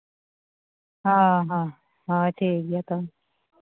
ᱦᱚᱸ ᱦᱚᱸ ᱴᱷᱤᱠ ᱜᱮᱭᱟ ᱛᱚᱵᱮ